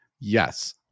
yes